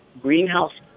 greenhouse